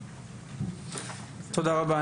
תודה רבה.